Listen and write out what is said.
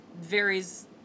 varies